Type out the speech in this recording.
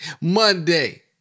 Monday